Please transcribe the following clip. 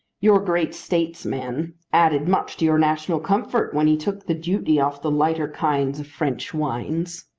your great statesman added much to your national comfort when he took the duty off the lighter kinds of french wines.